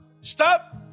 Stop